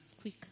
Quick